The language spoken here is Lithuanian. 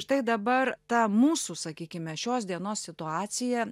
štai dabar ta mūsų sakykime šios dienos situacija